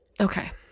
Okay